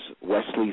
Wesley